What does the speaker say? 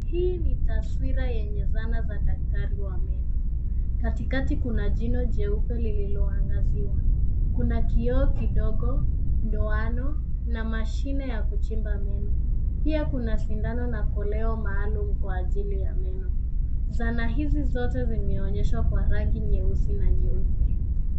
Hii ni taswira yenye zana za daktari wa meno. Katikati kuna jino jeupe lililoangaziwa. Kuna kioo kidogo, ndoano na mashine ya kuchimba meno. Pia kuna sindano na koleo maalum kwa ajili ya meno. Zana hizi zote zimeonyeshwa kwa rangi nyeusi na nyeupe.